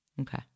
Okay